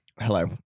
Hello